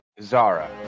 Zara